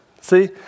See